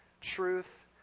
truth